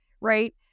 right